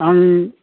आं